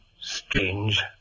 Strange